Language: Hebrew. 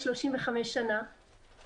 ששליש מהם אם לא יותר,